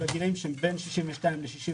בגילים שהם בין 62 ל-67.